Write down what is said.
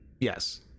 Yes